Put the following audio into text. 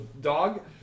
dog